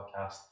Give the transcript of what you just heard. podcast